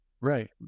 Right